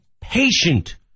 patient